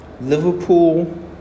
Liverpool